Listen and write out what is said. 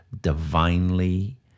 divinely